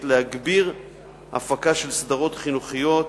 היא להגביר הפקה של סדרות חינוכיות,